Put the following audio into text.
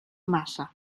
massa